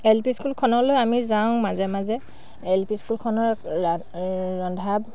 L P স্কুলখনলৈ আমি যাওঁ মাজে এল পি স্কুলখনত ৰা ৰন্ধা